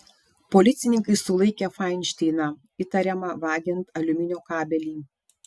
policininkai sulaikė fainšteiną įtariamą vagiant aliuminio kabelį